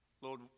Lord